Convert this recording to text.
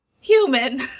Human